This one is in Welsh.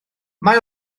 mae